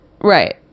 right